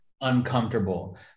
uncomfortable